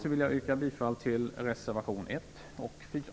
Med detta yrkar jag bifall till reservationerna 1 och 4.